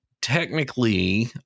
Technically